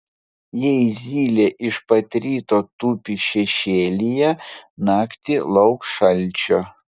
jei zylė iš pat ryto tupi šešėlyje naktį lauk šalčio